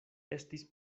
estis